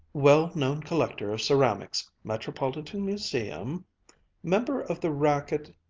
well-known collector of ceramics metropolitan museum member of the racquet,